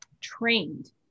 trained